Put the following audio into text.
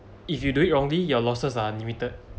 if you do it wrongly your losses are unlimited